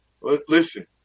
Listen